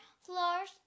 floors